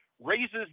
raises